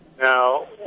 Now